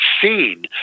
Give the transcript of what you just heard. seen